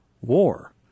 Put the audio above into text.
war